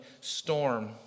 storm